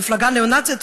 מפלגה ניאו-נאצית,